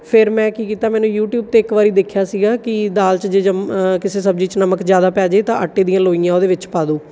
ਫਿਰ ਮੈਂ ਕੀ ਕੀਤਾ ਮੈਨੂੰ ਯੂਟੀਊਬ 'ਤੇ ਇੱਕ ਵਾਰ ਦੇਖਿਆ ਸੀਗਾ ਕਿ ਦਾਲ 'ਚ ਜੇ ਕਿਸੇ ਸਬਜ਼ੀ 'ਚ ਨਮਕ ਜ਼ਿਆਦਾ ਪੈ ਜਾਵੇ ਤਾਂ ਆਟੇ ਦੀਆਂ ਲੋਈਆਂ ਉਹਦੇ ਵਿੱਚ ਪਾ ਦਿਓ ਤਾਂ